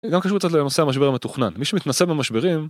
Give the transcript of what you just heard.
גם קשור קצת לנושא המשבר המתוכנן, מי שמתנסה במשברים...